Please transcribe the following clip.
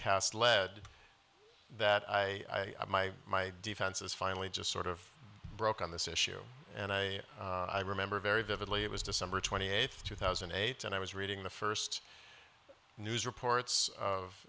cast lead that i my my defenses finally just sort of broke on this issue and i i remember very vividly it was december twenty eighth two thousand and eight and i was reading the first news reports of